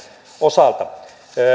osalta